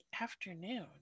afternoon